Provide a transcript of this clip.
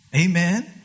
Amen